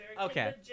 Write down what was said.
Okay